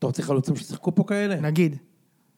אתה רוצה חלוצים ששיחקו פה כאלה? נגיד.